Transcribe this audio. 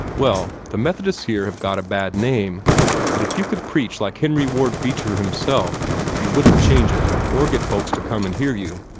well, the methodists here have got a bad name and if you could preach like henry ward beecher himself you wouldn't change it, or get folks to come and hear you.